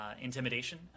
Intimidation